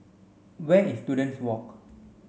where is Students Walk